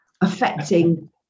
affecting